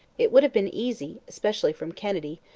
it would have been easy, especially from kennedy,